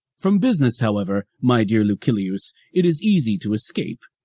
from business, however, my dear lucilius, it is easy to escape,